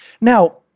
Now